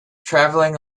traveling